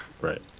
Right